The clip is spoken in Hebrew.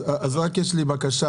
אז רק יש לי בקשה.